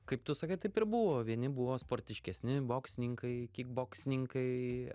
kaip tu sakai taip ir buvo vieni buvo sportiškesni boksininkai kikboksininkai